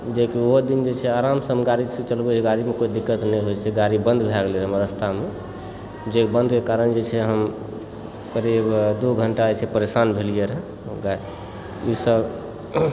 जे कि ओहो दिन जे छै आरामसँ हम गाड़ी चलबैत रहियै गाड़ीमे कोइ दिक्कत नहि होइत छै गाड़ी बन्द भए गेलै हमरा रस्तामे जे बन्द होबाक कारण जे छै हम करीब दू घण्टा जे छै परेशान भेलियै रहै ई सब